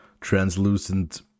translucent